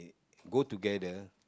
go together